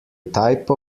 type